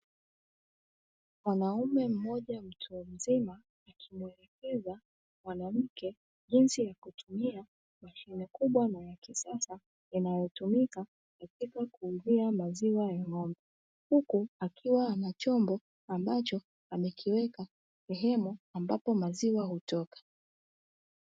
Mwanaume mmoja mtu mzima akimwelekeza mwanamke jinsi ya kutumia mashine kubwa na ya kisasa inayotumika katika kuuzia maziwa ya ng'ombe, huku akiwa ana chombo ambacho amekiweka sehemu ambapo maziwa hutoka.